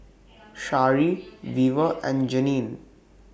Shari Weaver and Janene